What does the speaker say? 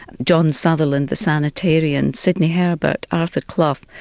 john sutherland, the sanitarian, sidney herbert, arthur clough,